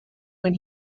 when